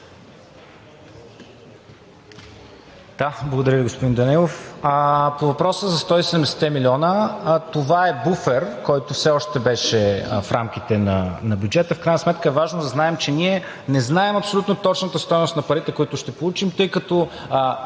Благодаря Ви, господин Данаилов. По въпроса за 170-те милиона. Това е буфер, който все още беше в рамките на бюджета. В крайна сметка е важно да знаем, че ние не знаем абсолютно точната стойност на парите, които ще получим, тъй като